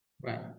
Right